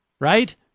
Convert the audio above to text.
Right